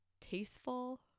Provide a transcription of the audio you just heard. tasteful